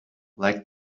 like